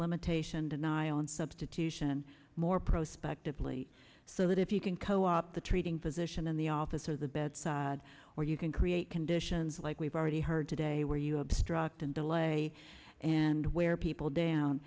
limitation denial and substitution more prospect of lee so that if you can co op the treating physician in the office or the bedside or you can create conditions like we've already heard today where you obstruct and delay and wear people down